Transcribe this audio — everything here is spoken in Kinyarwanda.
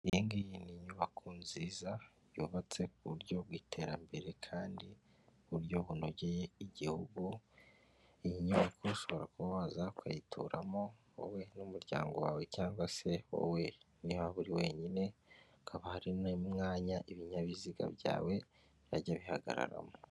Iyi ngiyi ni inyubako nziza yubatse ku buryo bw'iterambere kandi uburyo bunogeye igihugu, iyi nyubako ushobora kuba waza ukayituramo wowe n'umuryango wawe cyangwa se wowe niba uri wenyine, hakaba hari n'umwanya ibinyabiziga byawe byajya bihagararamo.